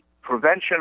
prevention